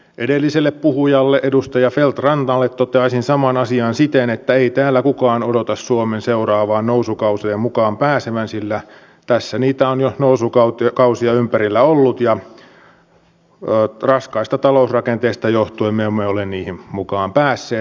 edelliselle puhujalle edustaja feldt rannalle toteaisin samasta asiasta siten että ei täällä kukaan odota suomen seuraavaan nousukauteen mukaan pääsevän sillä tässä on jo niitä nousukausia ympärillä ollut ja raskaista talousrakenteista johtuen me emme ole niihin mukaan päässeet